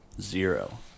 zero